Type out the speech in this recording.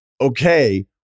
Okay